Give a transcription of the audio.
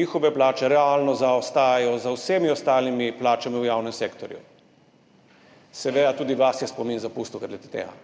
njihove plače realno zaostajajo za vsemi ostalimi plačami v javnem sektorju. Seveda, tudi vas je spomin zapustil glede tega.